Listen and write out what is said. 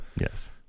yes